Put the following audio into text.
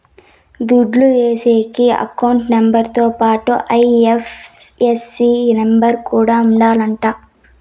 దుడ్లు ఏసేకి account number తో పాటుగా ఐ.ఎఫ్.ఎస్.సి నెంబర్ కూడా ఉండాలంట